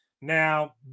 Now